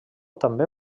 també